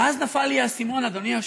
ואז נפל לי האסימון, אדוני היושב-ראש: